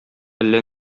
әллә